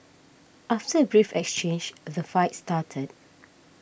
after a brief exchange the fight started